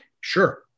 Sure